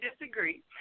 disagree